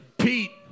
Pete